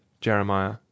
jeremiah